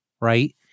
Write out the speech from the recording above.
right